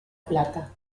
plata